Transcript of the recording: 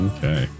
Okay